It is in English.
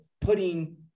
putting